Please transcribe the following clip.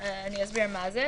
אסביר מה זה.